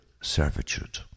servitude